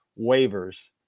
waivers